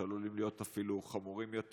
שעלולים להיות אפילו חמורים יותר?